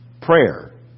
Prayer